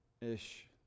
ish